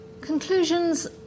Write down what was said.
Conclusions